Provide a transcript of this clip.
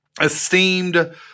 esteemed